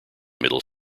middle